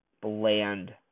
bland